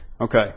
Okay